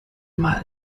mal